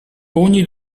ogni